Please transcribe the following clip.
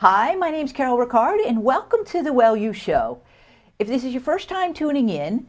hi my name's carol ricardo and welcome to the well you show if this is your first time tuning in